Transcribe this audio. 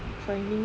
finding it